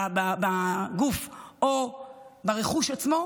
בגוף או ברכוש עצמו,